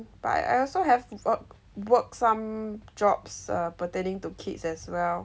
but I also have wo~ work some jobs err pertaining to kids as well